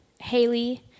Haley